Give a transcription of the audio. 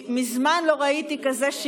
אני מבינה שאצלכם ככה זה,